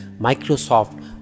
Microsoft